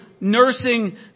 nursing